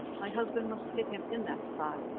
my husband must hit him in that spot,